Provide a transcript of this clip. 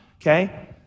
okay